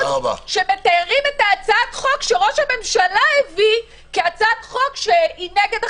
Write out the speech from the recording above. שמתארים את הצעת החוק שראש הממשלה הביא כהצעת חוק שהיא נגד החרדים,